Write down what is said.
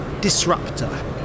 disruptor